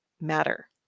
matter